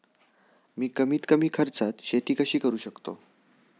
मी कमीत कमी खर्चात शेती कशी करू शकतो?